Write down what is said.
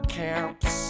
camps